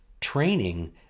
training